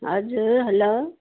हजुर हेलो